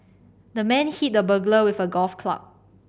the man hit the burglar with a golf club